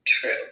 True